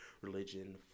religion